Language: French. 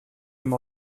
même